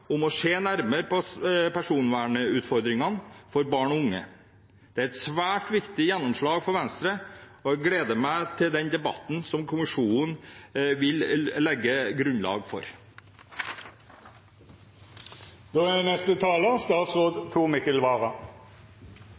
om å se nærmere på personvernutfordringene for barn og unge. Det er et svært viktig gjennomslag for Venstre, og jeg gleder meg til debatten som kommisjonen vil legge et grunnlag for. Barn og unge er